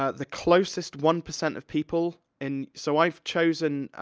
ah the closest one percent of people, and so, i've chosen,